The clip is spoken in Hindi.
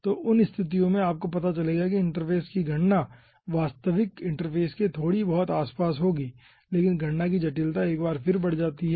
तो उन स्तिथियो में आपको पता चलेगा कि इंटरफ़ेस की गणना वास्तविक इंटरफ़ेस के थोड़ी बहुत आस पास होगी लेकिन गणना की जटिलता एक बार फिर बढ़ जाती हैं